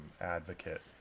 advocate